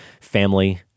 family